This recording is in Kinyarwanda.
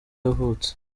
yavutse